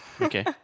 Okay